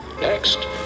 next